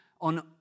on